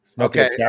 Okay